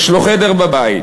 יש לו חדר בבית.